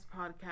podcast